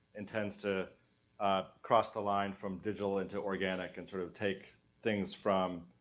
and tends to cross the line from digital into organic, and sort of take things from,